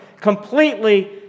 completely